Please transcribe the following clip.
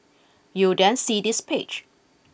you'll then see this page